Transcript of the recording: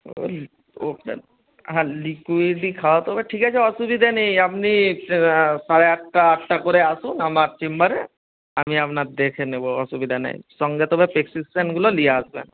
হ্যাঁ লিকুইডই খাওয়াতে হবে ঠিক আছে অসুবিধে নেই আপনি সাড়ে আটটা আটটা করে আসুন আমার চেম্বারে আমি আপনার দেখে নেব অসুবিধা নেই সঙ্গে তবে প্রেসক্রিপশানগুলো নিয়ে আসবেন